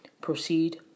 proceed